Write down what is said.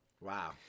Wow